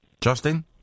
Justin